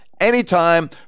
anytime